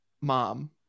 mom